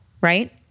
right